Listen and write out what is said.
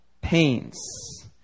pains